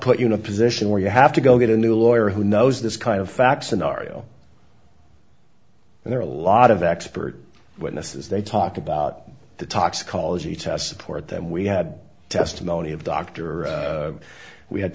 put you in a position where you have to go get a new lawyer who knows this kind of facts an oreo and there are a lot of expert witnesses they talk about the toxicology tests support them we had testimony of dr we had